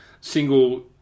single